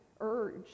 urge